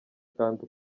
kandi